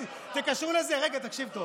לא,